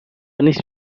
نیست